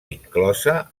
inclosa